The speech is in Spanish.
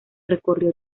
recorrió